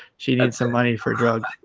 she needs some money for drug